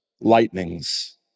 lightnings